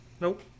Nope